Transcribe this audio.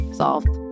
solved